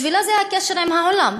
בשבילה זה הקשר עם העולם,